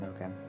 Okay